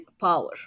power